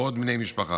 ועם עוד בני משפחה.